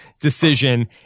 decision